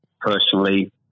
personally